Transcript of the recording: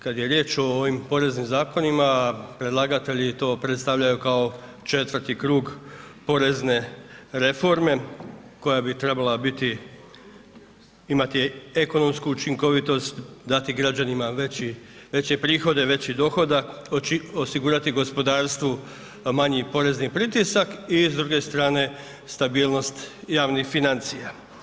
Kad je riječ o ovim poreznim zakonima, predlagatelji to predstavljaju kao četvrti krug porezne reforme koja bi trebala biti, imati ekonomsku učinkovitost, dati građanima veći, veće prihode, veći dohodak, osigurati gospodarsku manji porezni pritisak i s druge strane stabilnost javnih financija.